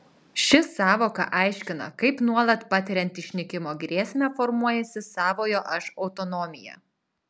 ši sąvoka aiškina kaip nuolat patiriant išnykimo grėsmę formuojasi savojo aš autonomija